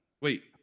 Wait